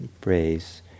praise